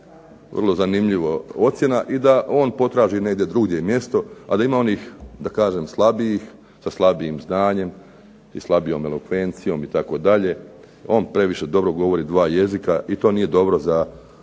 Vrlo zanimljivo ocjena, i da on potraži negdje drugdje mjesto, a da ima onih da kažem slabijih, sa slabijim znanjem i slabijom elokvencijom itd., on previše dobro govori dva jezika i to nije dobro za